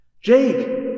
Jake